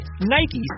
Nike